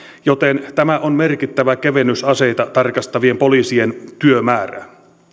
joten tämä on merkittävä kevennys aseita tarkastavien poliisien työmäärään